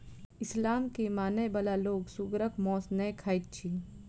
इस्लाम के मानय बला लोक सुगरक मौस नै खाइत अछि